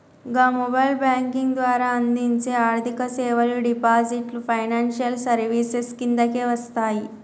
గా mobile banking ద్వారా అందించే ఆర్థికసేవలు డిజిటల్ ఫైనాన్షియల్ సర్వీసెస్ కిందకే వస్తయి